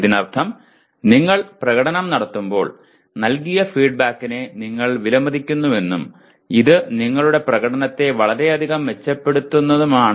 ഇതിനർത്ഥം നിങ്ങൾ പ്രകടനം നടത്തുമ്പോൾ നൽകിയ ഫീഡ്ബാക്കിനെ നിങ്ങൾ വിലമതിക്കുന്നുവെന്നും ഇത് നിങ്ങളുടെ പ്രകടനത്തെ വളരെയധികം മെച്ചപ്പെടുത്തുമെന്നുമാണ്